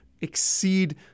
exceed